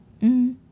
mm